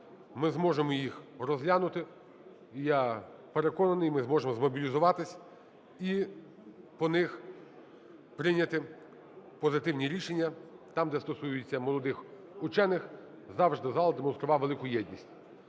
ми зможемо їх розглянути. І я переконаний, ми зможемо змобілізуватися і по них прийняти позитивні рішення, там, де стосується молодих учених, завжди зал демонстрував велику єдність.